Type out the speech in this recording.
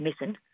missing